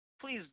Please